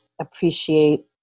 appreciate